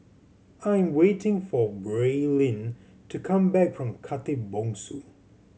I'm waiting for Braelyn to come back from Khatib Bongsu